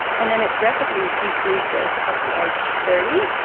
and and it rapidly decreases up to age thirty.